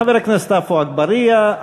חבר הכנסת עפו אגבאריה,